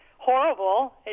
horrible